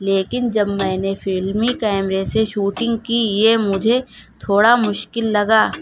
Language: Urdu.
لیکن جب میں نے فلمی کیمرے سے شوٹنگ کی یہ مجھے تھوڑا مشکل لگا